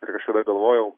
ir kažkada galvojau